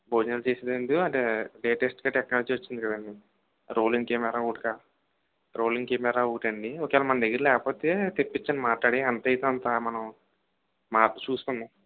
భోజనాలు చేసిన అంటే లేటెస్టుగా టెక్నాలజీ వచ్చింది కదండి రోలింగ్ కెమెరా ఒకటి కా రోలింగ్ కెమెరా ఒకటి అండి ఒకవేళ మన దగ్గర లేపోతే తెప్పించండి మాట్లాడి ఎంతైతే అంత మనం మా చూసుకుందాం